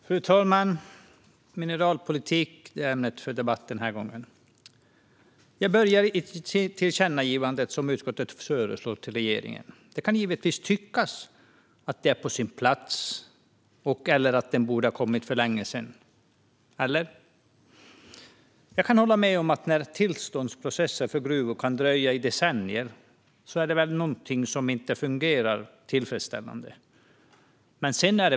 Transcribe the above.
Fru talman! Mineralpolitik är ämnet för debatt den här gången. Jag börjar i tillkännagivandet som utskottet föreslår till regeringen. Det kan givetvis tyckas att detta är på sin plats och att det borde ha kommit för länge sedan - eller? Jag kan hålla med om att när tillståndsprocesser för gruvor kan dröja i decennier är det någonting som inte fungerar tillfredställande.